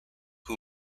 who